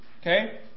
okay